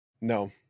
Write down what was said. No